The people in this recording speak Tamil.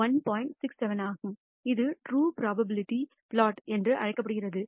67 ஆகும் இது ட்ரூ ப்ரோபலிடி பிளாட் என்று அழைக்கப்படுகிறது